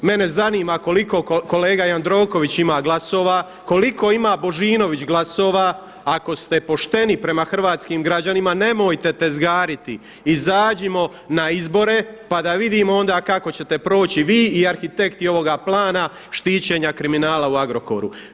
Mene zanima koliko kolega Jandroković ima glasova, koliko ima Božinović glasova, ako ste pošteni prema hrvatskim građanima nemojte tezgariti, izađimo na izbore pa da vidimo onda kako ćete proći vi i arhitekti ovoga plana štićenja kriminala u Agrokoru.